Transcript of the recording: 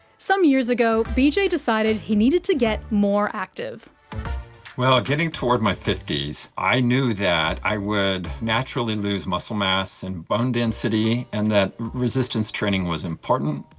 some years ago, bj decided he needed to get more active well, getting toward my fifty s i knew that i would naturally lose muscle mass and bone density and that resistance training was important,